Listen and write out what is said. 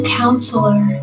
counselor